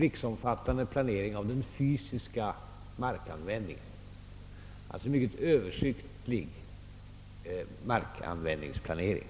riksomfattande planering av den fysiska markanvändningen. Det gäller alltså en mycket översiktlig markanvändningsplanering.